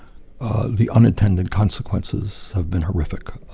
the unintended consequences have been horrific,